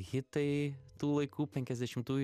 hitai tų laikų penkiasdešimtųjų